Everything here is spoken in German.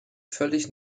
völlig